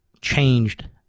changed